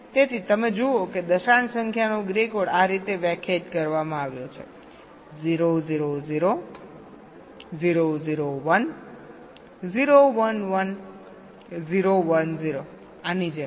તેથી તમે જુઓ છો કે દશાંશ સંખ્યાઓનો ગ્રે કોડ આ રીતે વ્યાખ્યાયિત કરવામાં આવ્યો છે 0 0 0 0 0 1 0 1 1 0 1 0 આની જેમ